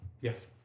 Yes